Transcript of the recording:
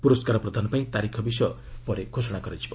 ପୁରସ୍କାର ପ୍ରଦାନ ପାଇଁ ତାରିଖ ବିଷୟ ପରେ ଘୋଷଣା କରାଯିବ